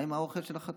מה עם האוכל של החתולים,